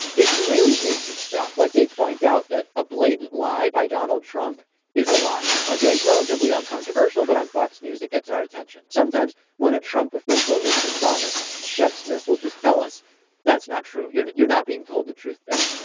it's really basic stuff. like they point out that a blatant lie by donald trump is a lie. okay? it's relatively uncontroversial. but on fox news it gets our attention. sometimes when a trump official is dishonest shep smith, we'll just tell us that's not true. you're you're not being told the truth there.